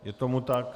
Je tomu tak.